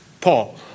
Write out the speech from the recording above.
Paul